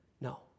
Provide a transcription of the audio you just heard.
no